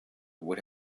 would